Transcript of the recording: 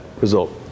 result